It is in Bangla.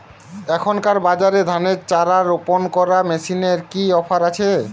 এখনকার বাজারে ধানের চারা রোপন করা মেশিনের কি অফার আছে?